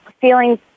feelings